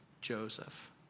Joseph